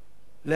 להאמין